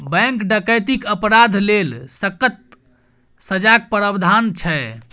bank डकैतीक अपराध लेल सक्कत सजाक प्राबधान छै